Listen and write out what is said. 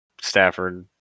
Stafford